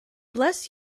bless